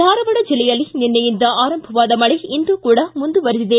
ಧಾರವಾಡ ಜಿಲ್ಲೆಯಲ್ಲಿ ನಿನ್ನೆ ಆರಂಭವಾದ ಮಳೆ ಇಂದು ಕೂಡ ಮುಂದುವರಿದಿದೆ